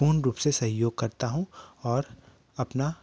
पूर्ण रूप से सहयोग करता हूँ और अपना